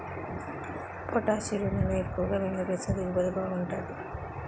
పొటాషిరులను ఎక్కువ వినియోగిస్తే దిగుబడి బాగుంటాది